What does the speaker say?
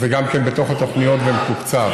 וזה גם כן בתוך התוכניות ומתוקצב.